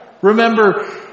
Remember